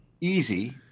easy